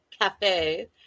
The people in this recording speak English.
cafe